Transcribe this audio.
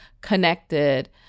connected